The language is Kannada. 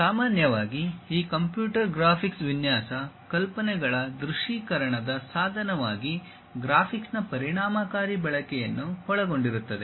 ಸಾಮಾನ್ಯವಾಗಿ ಈ ಕಂಪ್ಯೂಟರ್ ಗ್ರಾಫಿಕ್ಸ್ ವಿನ್ಯಾಸ ಕಲ್ಪನೆಗಳ ದೃಶ್ಯೀಕರಣದ ಸಾಧನವಾಗಿ ಗ್ರಾಫಿಕ್ಸ್ನ ಪರಿಣಾಮಕಾರಿ ಬಳಕೆಯನ್ನು ಒಳಗೊಂಡಿರುತ್ತದೆ